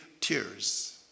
tears